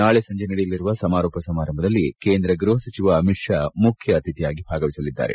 ನಾಳಿ ಸಂಜೆ ನಡೆಯಲಿರುವ ಸಮಾರೋಪ ಸಮಾರಂಭದಲ್ಲಿ ಕೇಂದ್ರ ಗೃಹ ಸಚಿವ ಅಮಿತ್ ಶಾ ಮುಖ್ಯ ಅತಿಥಿಯಾಗಿ ಭಾಗವಹಿಸಲಿದ್ದಾರೆ